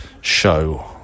show